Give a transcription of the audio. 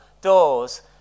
doors